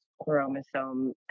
chromosome